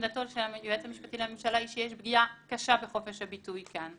עמדתו של היועץ המשפטי לממשלה היא שיש פגיעה קשה בחופש הביטוי כאן,